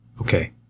Okay